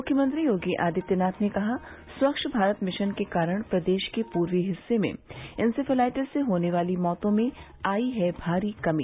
मुख्यमंत्री योगी आदित्यनाथ ने कहा स्वच्छ भारत मिशन के कारण प्रदेश के पूर्वी हिस्से में इंसेफेलाइटिस से होने वाली मौतों में आई है भारी कमी